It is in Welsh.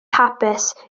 hapus